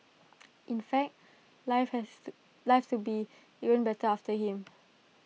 in fact life has to life to be even better after him